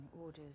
orders